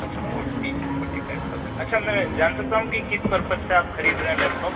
अच्छा forty two forty five thousand अच्छा मैं जान सकता हूँ कि किस पर्पज़ से आप खरीद रहे हैं लैपटॉप